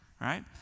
right